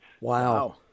Wow